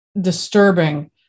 disturbing